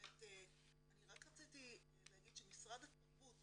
רק רציתי להגיד שמשרד התרבות,